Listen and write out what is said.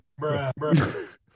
bruh